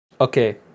Okay